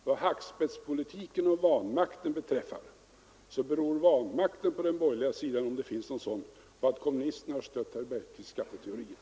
Vad hackspettspolitiken och vanmakten beträffar, beror vanmakten på den borgerliga sidan, om det finns någon, på att kommunisterna har stött herr Bergqvists skatteteorier.